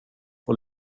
och